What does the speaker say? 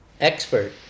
expert